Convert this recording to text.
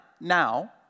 now